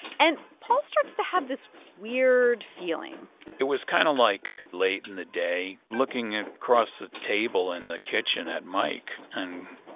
and paul starts to have this weird feeling it was kind of, like, late in the day. looking across the table in the kitchen at mike and,